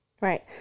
Right